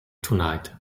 tonight